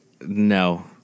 No